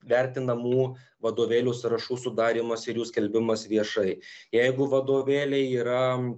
vertinamų vadovėlių sąrašų sudarymas ir jų skelbimas viešai jeigu vadovėliai yra